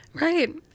Right